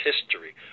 history